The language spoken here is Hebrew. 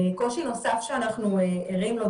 קושי נוסף שאנחנו ערים לו,